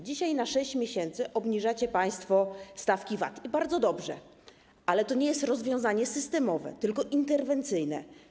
Dzisiaj na 6 miesięcy obniżacie państwo stawki VAT, i bardzo dobrze, ale to nie jest rozwiązanie systemowe, tylko interwencyjne.